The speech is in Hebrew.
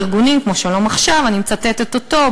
לארגונים כמו "שלום עכשיו" אני מצטטת אותו,